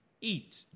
eat